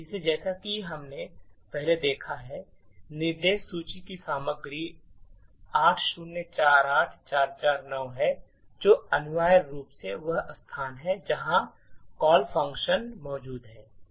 इसलिए जैसा कि हमने पहले देखा है निर्देश सूचक की सामग्री 8048449 है जो अनिवार्य रूप से वह स्थान है जहां कॉल टू फंक्शन मौजूद है